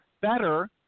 better